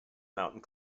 mountain